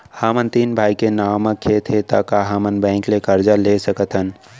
हमर तीन भाई के नाव म खेत हे त का हमन बैंक ले करजा ले सकथन?